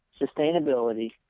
sustainability